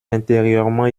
intérieurement